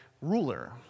ruler